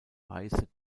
weiße